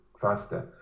faster